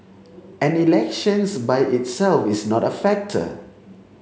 and elections by itself is not a factor